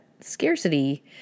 scarcity